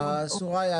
סוריא,